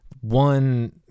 one –